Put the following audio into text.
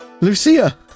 Lucia